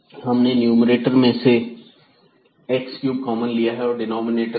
हमने न्यूमैरेटर में से x क्यूब कॉमन लिया है और x डिनॉमिनेटर में से